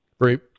Great